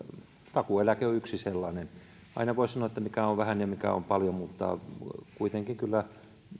takuueläke on yksi sellainen aina voi sanoa mikä on vähän ja mikä on paljon mutta kuitenkin kyllä